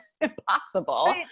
impossible